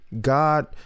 God